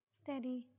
steady